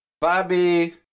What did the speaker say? bobby